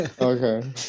Okay